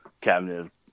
Cabinet